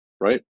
right